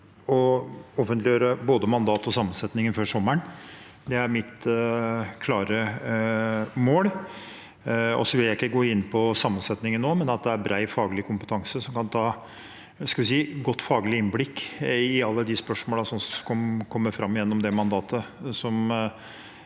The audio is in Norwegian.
og offentliggjøre både mandatet og sammensetningen før sommeren. Det er mitt klare mål. Jeg vil ikke gå inn på sammensetningen nå, men det er bred faglig kompetanse som kan gi et godt faglig innblikk i alle de spørsmålene som kommer fram gjennom det mandatet